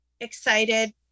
excited